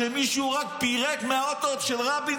כשמישהו רק פירק מהאוטו של רבין,